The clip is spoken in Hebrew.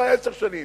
אולי עשר שנים,